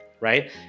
right